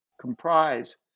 comprise